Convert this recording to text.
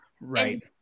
Right